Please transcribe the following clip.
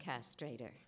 castrator